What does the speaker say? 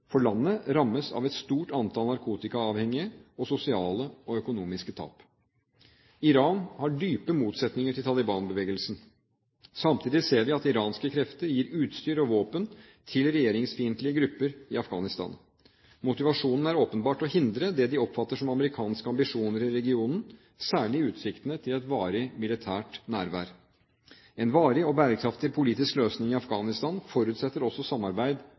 for landet rammes av et stort antall narkotikaavhengige og sosiale og økonomiske tap. Iran har dype motsetninger til talibanbevegelsen. Samtidig ser vi at iranske krefter gir utstyr og våpen til regjeringsfiendtlige grupper i Afghanistan. Motivasjonen er åpenbart å hindre det de oppfatter som amerikanske ambisjoner i regionen, særlig utsiktene til et varig militært nærvær. En varig og bærekraftig politisk løsning i Afghanistan forutsetter også samarbeid